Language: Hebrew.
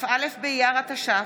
כ"א באייר התש"ף,